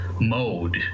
Mode